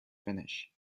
finish